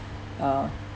uh